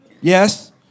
yes